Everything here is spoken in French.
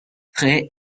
frais